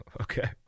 Okay